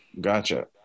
Gotcha